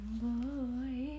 boy